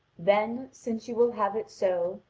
then since you will have it so,